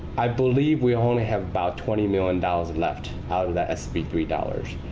i believe we only have about twenty million dollars and left out of the sb three dollars.